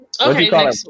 okay